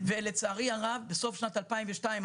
ולצערי הרב בסוף שנת 2003-2002,